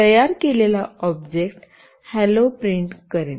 printf तयार केलेला object hello print करेल